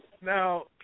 Now